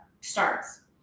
starts